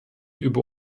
über